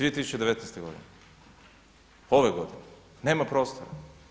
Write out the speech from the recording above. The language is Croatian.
2019. godine, ove godine nema prostora.